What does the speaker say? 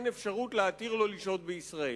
אין אפשרות להתיר לו לשהות בישראל?